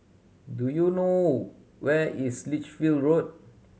do you know where is Lichfield Road